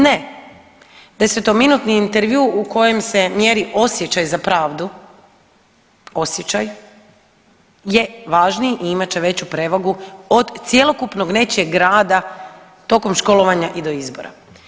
Ne, desetominutni intervju u kojem se mjeri osjećaj za pravdu, osjećaj je važniji i imat će veću prevagu od cjelokupnog nečijeg rada tokom školovanja i do izbora.